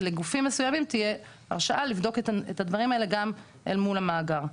ולגופים מסוימים תהיה הרשאה לבדוק את הדברים האלה גם אל מול המאגר.